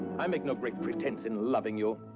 i make no great pretense in loving you.